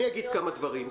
אגיד כמה דברים.